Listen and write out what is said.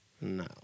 No